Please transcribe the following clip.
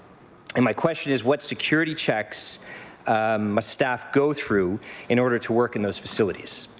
and my question is what security checks must staff go through in order to work in those facilities?